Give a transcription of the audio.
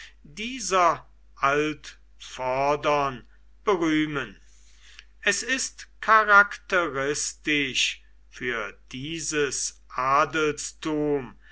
dieser altvordern berühmen es ist charakteristisch für dieses adelsrum